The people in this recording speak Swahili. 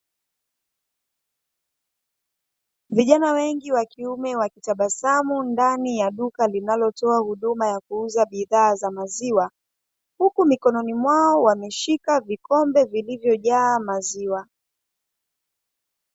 Vijana wengi wa kiume, wakitabasamu ndani ya duka linalotoa huduma ya kuuza bidhaa za maziwa, huku mikononi mwao wameshika vikombe vilivyojaa maziwa.